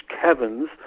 caverns